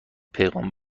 پیغام